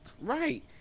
Right